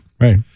Right